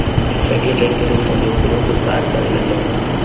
Paytm bank के रूप में सेहो कुछ काज करे लगलै ह